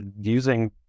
using